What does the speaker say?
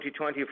2020